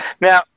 Now